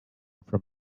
from